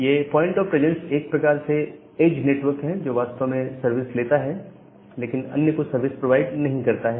ये point of presence एक प्रकार से एज नेटवर्क है जो वास्तव में सर्विस लेता हैं लेकिन अन्य को सर्विस प्रोवाइड नहीं करता है